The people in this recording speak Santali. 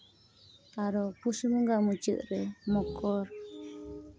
ᱟᱨᱚ ᱯᱩᱥ ᱵᱚᱸᱜᱟ ᱢᱩᱪᱟᱹᱫ ᱨᱮ ᱢᱚᱠᱚᱨ